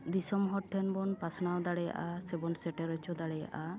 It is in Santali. ᱫᱤᱥᱟᱹᱢ ᱦᱚᱲᱴᱷᱮᱱ ᱵᱚᱱ ᱯᱟᱥᱱᱟᱣ ᱫᱟᱲᱮᱭᱟᱜᱼᱟ ᱥᱮᱵᱚᱱ ᱥᱮᱴᱮᱨ ᱚᱪᱚ ᱫᱟᱲᱮᱭᱟᱜᱼᱟ